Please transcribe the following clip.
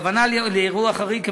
הכוונה לאירוע חריג מאוד,